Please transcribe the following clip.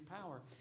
power